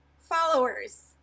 followers